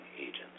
agents